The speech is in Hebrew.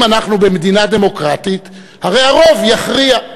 אם אנחנו במדינה דמוקרטית, הרי הרוב יכריע.